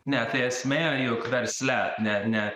ne tai esmė jog versle ne ne